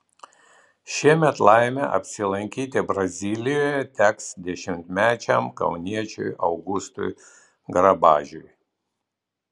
šiemet laimė apsilankyti brazilijoje teks dešimtmečiam kauniečiui augustui grabažiui